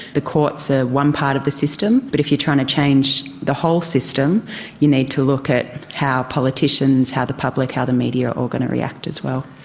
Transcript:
the courts are one part of the system but if you are trying to change the whole system you need to look at how politicians, how the public, how the media are all going to react as well.